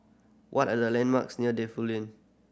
what are the landmarks near Defu Lane